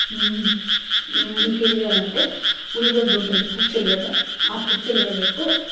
ఇంకా ఏం చెయ్యాలంటే ఉల్లగడ్డ ఉంటుంది పచ్చి ఉల్లగడ్డ ఆ పచ్చి ఉల్లగడ్డకు